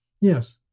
Yes